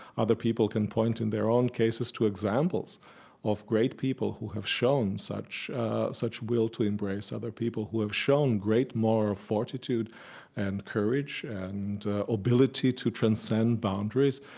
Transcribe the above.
other people can point in their own cases to examples of great people who have shown such such will to embrace, other people who have shown great moral fortitude and courage and ability to transcend boundaries,